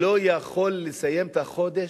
לא יכול לסיים את החודש?